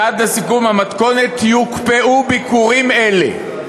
ועד לסיכום המתכונת יוקפאו ביקורים אלה".